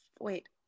wait